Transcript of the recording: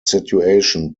situation